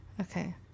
Okay